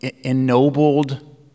ennobled